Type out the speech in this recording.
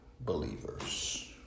Believers